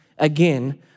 again